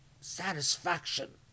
satisfaction